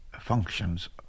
functions